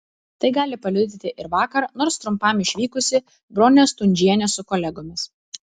tai gali paliudyti ir vakar nors trumpam išvykusi bronė stundžienė su kolegomis